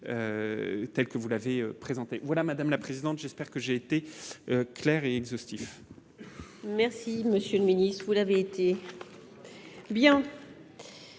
telle que vous l'avez présenté voilà madame la présidente, j'espère que j'ai été clair et exhaustif. Merci, Monsieur le Ministre, vous l'avez été